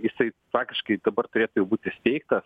jisai faktiškai dabar turėtų jau būt įsteigtas